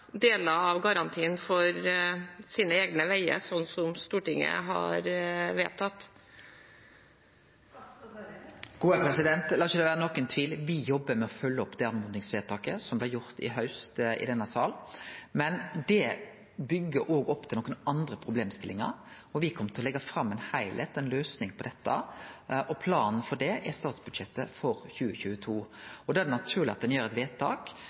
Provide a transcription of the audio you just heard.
deler av garantien for sine egne veier, slik Stortinget har vedtatt? Lat det ikkje vere nokon tvil, me jobbar med å følgje opp det oppmodingsvedtaket som blei gjort i haust i denne sal. Men det byggjer òg opp til nokre andre problemstillingar. Me kjem til å leggje fram ein heilskap, ei løysing på dette, og planen for det er statsbudsjettet for 2022. Da er det naturleg at ein gjer eit vedtak